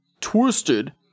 Twisted